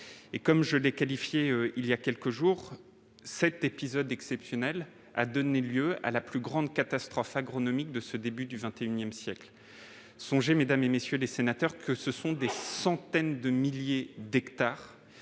Comme je l'ai souligné voilà quelques jours, cet épisode exceptionnel a donné lieu à la plus grande catastrophe agronomique du début du XXI siècle. Songez, mesdames, messieurs les sénateurs, que des centaines de milliers d'hectares